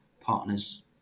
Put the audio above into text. partners